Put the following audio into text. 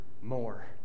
more